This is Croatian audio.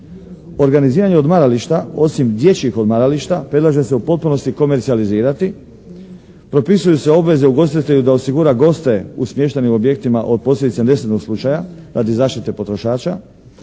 Organiziranje odmarališta osim dječjih odmarališta predlaže se u potpunosti komercijalizirati. Propisuju se obveze ugostitelju da osigura goste u smještajnim objektima od posljedica nesretnog slučaja radi zaštite potrošača,